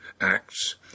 Acts